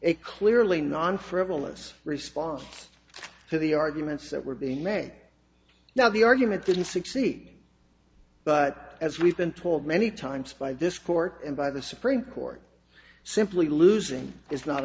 a clearly non frivolous response to the arguments that were being may now the argument didn't succeed but as we've been told many times by this court and by the supreme court simply losing